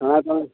ହଁ ତୁମେ